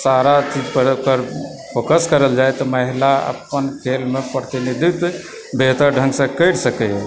सारा चीजपर अगर फोकस करल जाइ तऽ महिला अपन खेलमे प्रतिनिधित्व बेहतर ढङ्गसँ करि सकैए